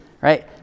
right